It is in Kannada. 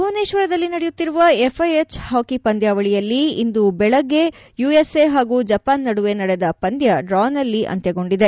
ಭುವನೇಶ್ವರದಲ್ಲಿ ನಡೆಯುತ್ತಿರುವ ಎಫ್ಐಎಚ್ ಹಾಕಿ ಪಂದ್ವಾವಳಿಯಲ್ಲಿ ಇಂದು ಬೆಳಗ್ಗೆ ಯುಎಸ್ಎ ಹಾಗೂ ಜಪಾನ್ ನಡುವೆ ನಡೆದ ಪಂದ್ಯ ಡ್ರಾನಲ್ಲಿ ಅಂತ್ಯಗೊಂಡಿದೆ